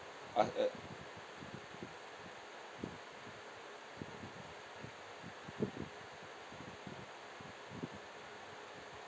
ah uh